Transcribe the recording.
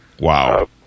Wow